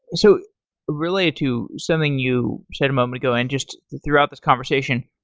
so really, to something you said a moment ago and just throughout this conversation,